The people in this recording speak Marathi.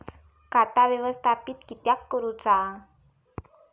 खाता व्यवस्थापित किद्यक करुचा?